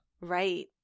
Right